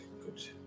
Good